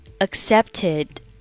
accepted